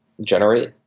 generate